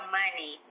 money